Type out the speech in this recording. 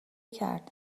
کرد